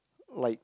like